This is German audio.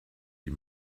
die